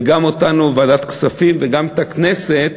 וגם אותנו בוועדת הכספים וגם את הכנסת